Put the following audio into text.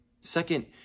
Second